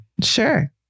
sure